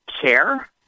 care